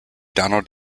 donald